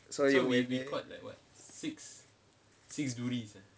sorry